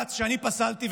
בבג"ץ שאני פסלתי,